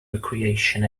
recreation